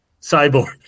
cyborg